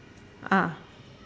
ah